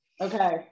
Okay